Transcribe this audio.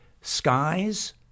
skies